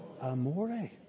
amore